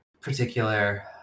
particular